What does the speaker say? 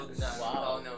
wow